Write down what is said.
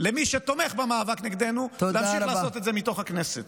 למי שתומך במאבק נגדנו להמשיך לעשות את זה מתוך הכנסת.